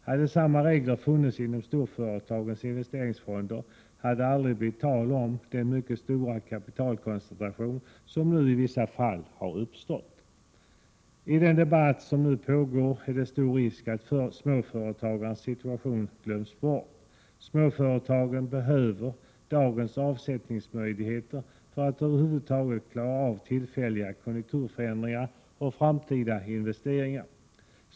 Hade samma regel funnits för storföretagens investeringsfonder hade det aldrig blivit tal om den mycket stora kapitalkoncentration som nu har uppstått i vissa fall. I den debatt som nu pågår är det stor risk att småföretagarens situation glöms bort. Småföretagen behöver dagens avsättningsmöjligheter för att över huvud taget klara av tillfälliga konjunkturförändringar och framtida investeringar.